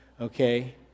okay